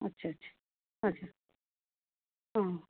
अच्छा अच्छा हजुर अँ